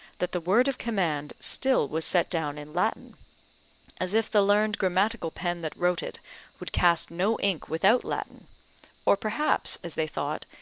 that the word of command still was set down in latin as if the learned grammatical pen that wrote it would cast no ink without latin or perhaps, as they thought,